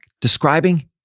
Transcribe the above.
describing